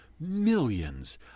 millions